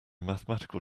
mathematical